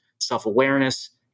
self-awareness